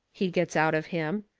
he gets out of him,